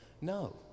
no